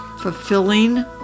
fulfilling